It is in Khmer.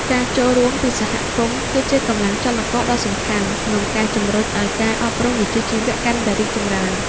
ការចូលរួមពីសហគមន៍គឺជាកម្លាំងចលករដ៏សំខាន់ក្នុងការជំរុញឱ្យការអប់រំវិជ្ជាជីវៈកាន់តែរីកចម្រើន។